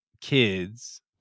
kids